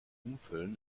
umfüllen